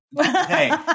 Hey